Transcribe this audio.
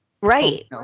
Right